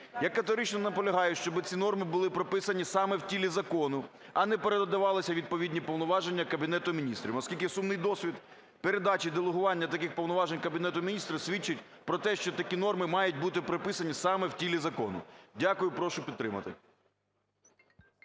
Я категорично наполягаю, щоби ці норми були прописані саме в тілі закону, а не передавалися відповідні повноваження Кабінету Міністрів, оскільки сумний досвід передачі делегування таких повноважень Кабінету Міністрів свідчить про те, що такі норми мають бути прописані саме в тілі закону. Дякую. Прошу підтримати.